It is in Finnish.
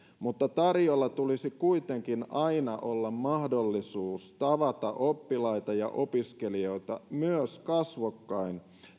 mutta tarjolla tulisi kuitenkin aina olla mahdollisuus tavata oppilaita ja opiskelijoita myös kasvokkain